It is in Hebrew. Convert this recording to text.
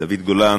דוד גולן,